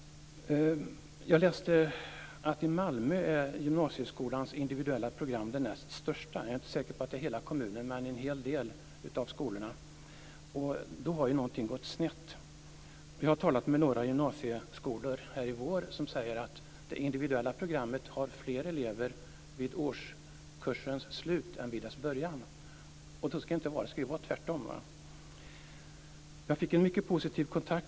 Jag läste att i Malmö är gymnasieskolans individuella program det näst största. Jag är inte säker på att det är så i hela kommunen, men i en hel del av skolorna. Då har någonting gått snett. Jag har talat med några gymnasieskolor i vår som säger att det individuella programmet har fler elever vid årskursens slut än vid dess början. Så skall det inte vara, det skall vara tvärtom.